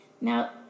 Now